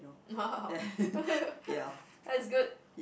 !wow! that's good